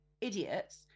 idiots